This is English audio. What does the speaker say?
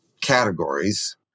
categories